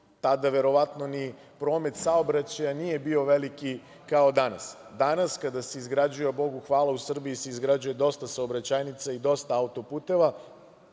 Tada, verovatno, ni promet saobraćaja nije bio veliki, kao danas. Danas kada se izgrađuje, a Bogu hvala u Srbiji se izgrađuje dosta saobraćajnica i dosta autoputeva,